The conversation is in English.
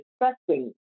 expecting